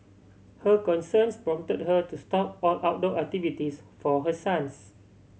her concerns prompted her to stop all outdoor activities for her sons